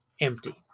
empty